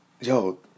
yo